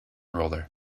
roller